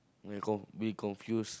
may con~ we confuse